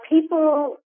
people